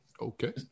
Okay